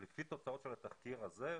לפי תוצאות התחקיר הזה,